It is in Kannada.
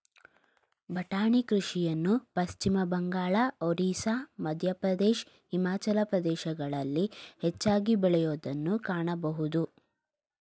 ಬಟಾಣಿ ಕೃಷಿಯನ್ನು ಪಶ್ಚಿಮಬಂಗಾಳ, ಒರಿಸ್ಸಾ, ಮಧ್ಯಪ್ರದೇಶ್, ಹಿಮಾಚಲ ಪ್ರದೇಶಗಳಲ್ಲಿ ಹೆಚ್ಚಾಗಿ ಬೆಳೆಯೂದನ್ನು ಕಾಣಬೋದು